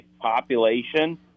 population